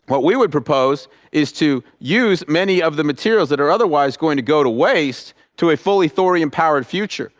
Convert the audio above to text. what we would propose is to use many of the materials that are otherwise going to go to waste to a fully thorium powered future.